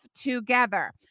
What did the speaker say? together